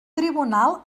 tribunal